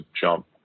jump